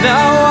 Now